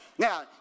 Now